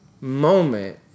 moment